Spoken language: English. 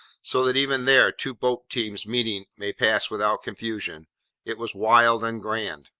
so that even there, two boat teams meeting, may pass without confusion it was wild and grand.